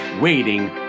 waiting